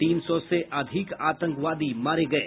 तीन सौ से अधिक आतंकवादी मारे गये